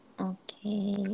Okay